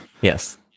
Yes